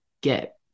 get